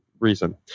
reason